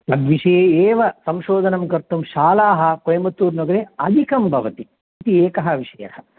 तद्विषये एव संशोधनं कर्तुं शालाः कोयमत्तूर् नगरे अधिकं भवति इति एकः विषयः